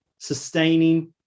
sustaining